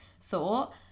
thought